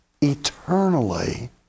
eternally